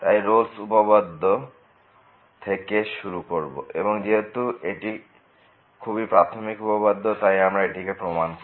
তাই রোলস উপপাদ্যRolle's Theorem থেকে শুরু করব এবং যেহেতু এটি খুবই প্রাথমিক উপপাদ্য তাই আমরা এটিকে প্রমাণ করব